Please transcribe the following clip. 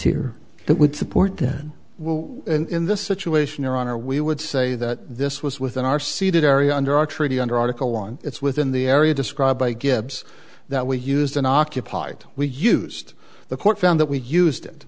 here that would support him in this situation your honor we would say that this was within our ceded area under our treaty under article one it's within the area described by gibbs that we used an occupied we used the court found that we used it